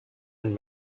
and